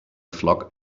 flock